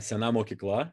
sena mokykla